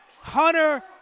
Hunter